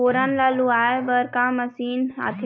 फोरन ला लुआय बर का मशीन आथे?